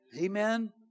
Amen